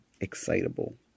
excitable